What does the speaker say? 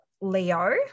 Leo